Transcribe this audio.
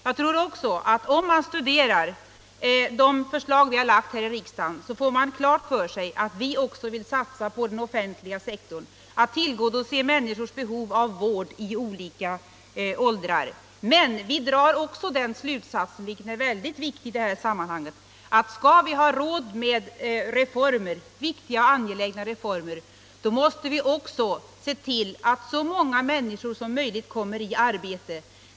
Jag tror att om man studerar de förslag vi har lagt fram här i riksdagen, får man klart för sig att vi också vill satsa på den offentliga sektorn för att tillgodose människors vårdbehov i olika åldrar. Men vi drar dessutom slutsatsen — vilket är väldigt viktigt i det här sammanhanget — att skall samhället ha råd med viktiga och angelägna reformer, måste vi se till att så många människor som möjligt kommer i arbete.